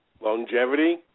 Longevity